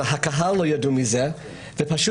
הקהל לא ידע מזה ולכן,